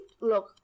look